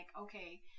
okay